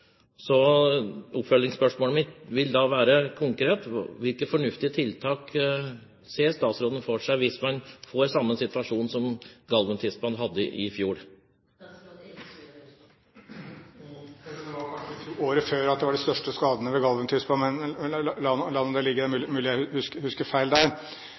Oppfølgingsspørsmålet mitt vil da konkret være: Hvilke fornuftige tiltak ser statsråden for seg hvis man får samme situasjon som vi hadde med Galven-tispa i fjor? Det var kanskje året før det var de største skadene med Galven-tispa. Men la nå det ligge, det er mulig jeg husker feil der.